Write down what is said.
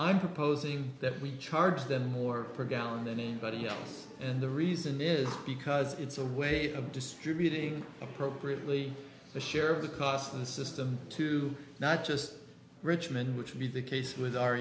i'm proposing that we charge them more per gallon than anybody else and the reason is because it's a way of distributing appropriately the share of the cost of the system to not just richmond which would be the case with our